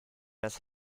das